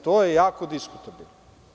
To je jako diskutabilno.